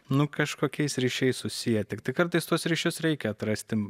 nu kažkokiais ryšiais susiję tiktai kartais tuos ryšius reikia atrasti